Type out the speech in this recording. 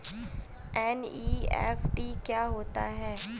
NEFT क्या होता है?